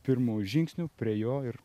pirmu žingsniu prie jo ir